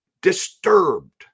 disturbed